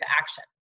action